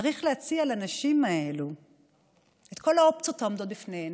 צריך להציע לנשים האלה את כל האופציות העומדות בפניהן.